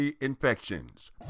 infections